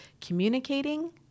communicating